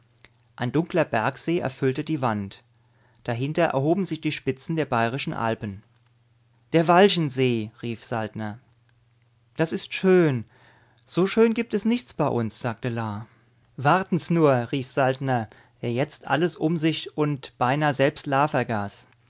ein dunkler bergsee erfüllte die wand dahinter erhoben sich die spitzen der bayerischen alpen der walchensee rief saltner das ist schön so schön gibt es nichts bei uns sagte la wartens nur rief saltner der jetzt alles um sich und beinahe selbst la